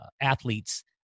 athletes